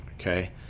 okay